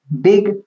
big